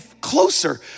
closer